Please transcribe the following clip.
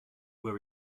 were